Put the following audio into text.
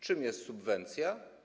Czym jest subwencja?